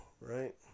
right